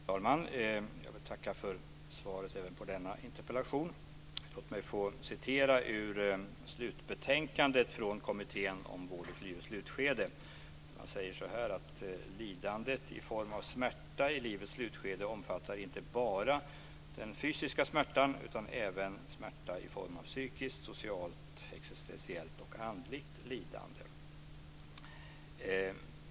Fru talman! Jag vill tacka för svaret även på denna interpellation. Låt mig få citera ur slutbetänkandet från Kommittén om vård i livets slutskede. Man säger där: "Lidandet i form av smärta i livets slutskede omfattar inte bara den fysiska smärtan utan även ́smärta ́ i form av psykiskt, socialt och existentiellt/andligt lidande."